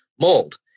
mold